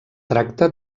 tracta